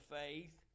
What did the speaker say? faith